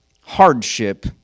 hardship